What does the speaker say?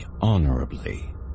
honorably